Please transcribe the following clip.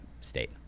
state